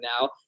now